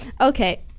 Okay